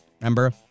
Remember